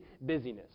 busyness